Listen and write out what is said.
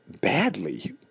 badly